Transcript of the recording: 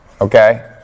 okay